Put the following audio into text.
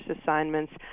assignments